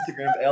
instagram